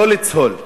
לא לצהול.